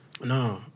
No